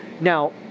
Now